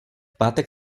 pátek